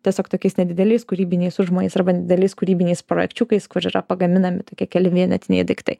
tiesiog tokiais nedideliais kūrybiniais užmojais arba nedideliais kūrybiniais projekčiukais kur yra pagaminami tokie keli vienetiniai daiktai